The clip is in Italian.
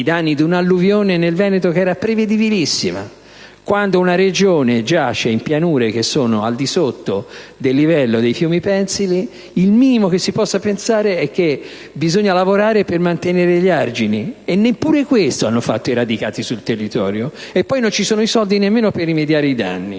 ai danni di una alluvione prevedibilissima nel Veneto: quando una Regione giace in pianure che sono al di sotto del livello dei fiumi pensili, il minimo che si possa pensare è che bisogna lavorare per mantenere gli argini. E neppure questo hanno fatto, coloro che sono radicati al territorio, e poi non ci sono soldi nemmeno per rimediare ai danni: